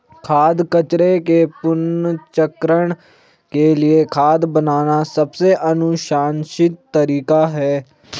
खाद्य कचरे के पुनर्चक्रण के लिए खाद बनाना सबसे अनुशंसित तरीका है